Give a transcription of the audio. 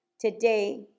today